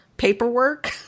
paperwork